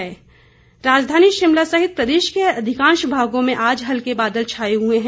मौसम राजधानी शिमला सहित प्रदेश के अधिकांश भागों में आज हल्के बादल छाए हुए हैं